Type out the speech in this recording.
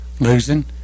losing